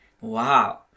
Wow